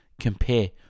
compare